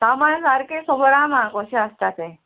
कामांय सारकें खोबोर आहा म्हाका कशें आसता तें